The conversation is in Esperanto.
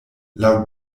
laŭ